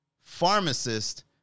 pharmacist